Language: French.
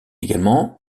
également